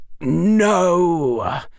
No